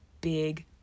big